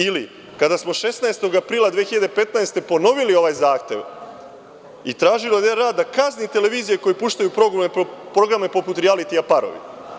Ili kada smo 16. aprila 2015. godine ponovili ovaj zahtev i tražili od RRA da kazni televizije koje puštaju programe poput rijalitija „Parovi“